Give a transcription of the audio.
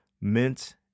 mint